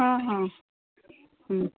ହଁ ହଁ ହୁଁ